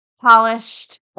polished